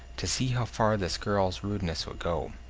to see how far this girl's rudeness would go.